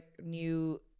new